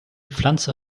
pflanze